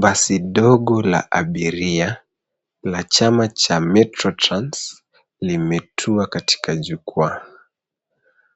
Basi dogo la abiria la chama cha Metrotrans limetua katika jukwaa.